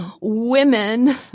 women